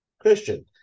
Christian